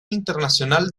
internacional